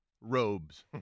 robes